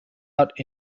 out